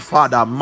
Father